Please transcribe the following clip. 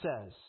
says